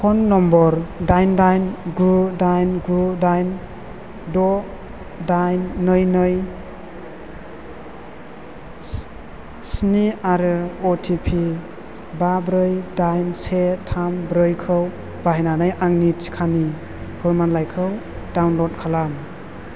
phone number दाइन दाइन गु दाइन गु डाइन द' दाइन नै नै सि स्नि आरो अटिपि बा ब्रै दाइन से थाम ब्रैखौ बाहायनानै आंनि टिकानि फोरमानलाइखौ डाउनलड खालाम